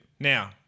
Now